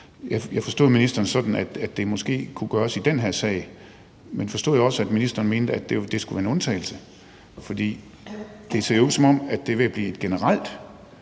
Jeg forstod ministeren sådan, at det måske kunne gøres i den her sag, men forstod jeg også, at ministeren mente, at det skulle være en undtagelse? For det ser ud, som om det vil blive et generelt